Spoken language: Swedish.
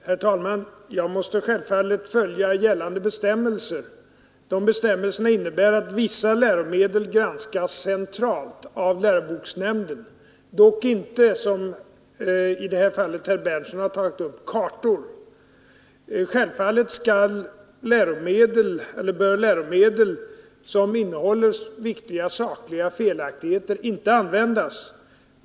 Herr talman! Jag måste självfallet följa gällande bestämmelser. Bestämmelserna innebär att vissa läromedel granskas centralt av läroboksnämnden, dock inte kartor, som herr Berndtson i Linköping i det här fallet har tagit upp. Givetvis bör läromedel som innehåller viktiga sakliga felaktigheter inte användas.